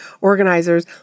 organizers